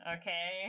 okay